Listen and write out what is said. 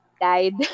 died